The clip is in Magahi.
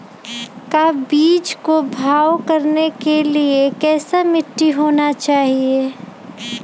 का बीज को भाव करने के लिए कैसा मिट्टी होना चाहिए?